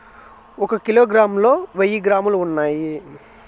ఒక కిలోగ్రామ్ లో వెయ్యి గ్రాములు ఉన్నాయి